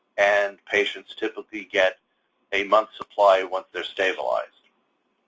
and patients typically get a month's supply once they're stabilized.